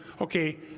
okay